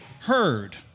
heard